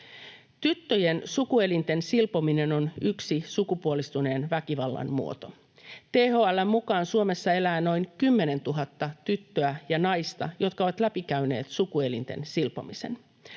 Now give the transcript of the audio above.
Tyttöjen sukuelinten silpominen on yksi sukupuolistuneen väkivallan muoto. THL:n mukaan Suomessa elää noin 10 000 tyttöä ja naista, jotka ovat läpikäyneet sukuelinten silpomisen.